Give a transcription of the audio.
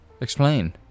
Explain